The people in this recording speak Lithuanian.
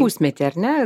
pusmetį ar ne